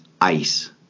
ice